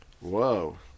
Whoa